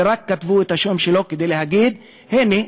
ורק כתבו את השם שלו כדי להגיד: הנה,